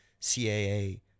CAA